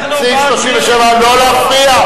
אנחנו בעד מירי, לא להפריע.